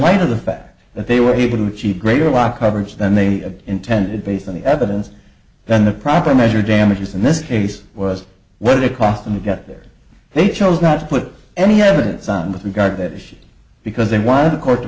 light of the fact that they were able to achieve greater law coverage than they intended based on the evidence then the proper measure damages in this case was what it cost them to get there they chose not to put any evidence on with regard to that issue because they wanted the court to